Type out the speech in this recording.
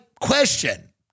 question